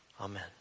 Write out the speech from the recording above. Amen